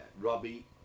Robbie